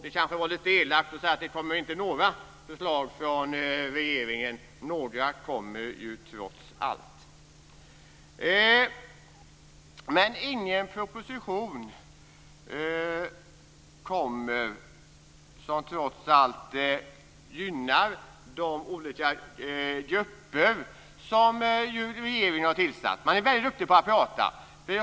Det kanske var lite elakt att säga att det inte kommer några förslag från regeringen - några kommer trots allt. Det kommer inga propositioner, däremot olika grupper, som regeringen har tillsatt. Man är väldigt duktig på att prata.